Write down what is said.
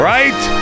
Right